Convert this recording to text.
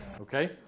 Okay